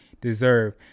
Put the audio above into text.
deserve